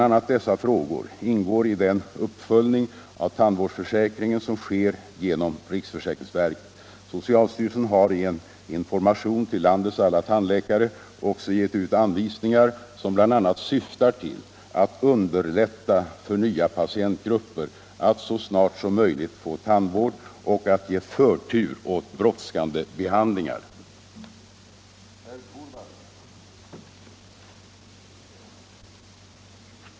a. dessa frågor ingår i den uppföljning av tandvårdsförsäkringen som sker genom riksförsäkringsverket. Socialstyrelsen har i en information till landets alla tandläkare också gett ut anvisningar som bl.a. syftar till att underlätta för nya patientgrupper att så snart som möjligt få tandvård och att ge förtur åt brådskande behandlingar.